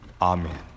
Amen